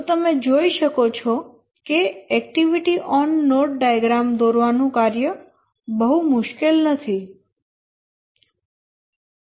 તો તમે જોઈ શકો છો કે એક્ટિવિટી ઓન નોડ ડાયાગ્રામ દોરવાનું કાર્ય બહુ મુશ્કેલ નથી